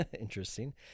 Interesting